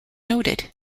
noted